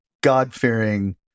God-fearing